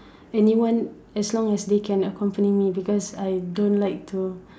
anyone as long as they can accompany me because I don't like to